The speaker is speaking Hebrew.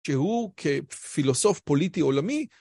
שהוא כפילוסוף פוליטי עולמי